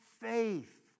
faith